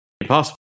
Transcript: impossible